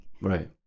right